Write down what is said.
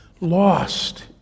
lost